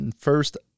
first